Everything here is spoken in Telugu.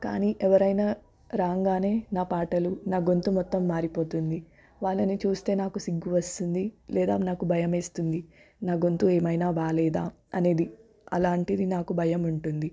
కానీ ఎవరైనా రాగానే నా పాటలు నా గొంతు మొత్తం మారిపోతుంది వాళ్ళని చూస్తే నాకు సిగ్గు వస్తుంది లేదా నాకు భయమేస్తుంది నా గొంతు ఏమైనా బాలేదా అనేది అలాంటిది నాకు భయం ఉంటుంది